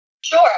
Sure